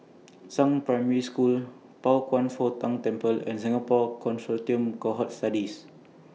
Zhang Primary School Pao Kwan Foh Tang Temple and Singapore Consortium Cohort Studies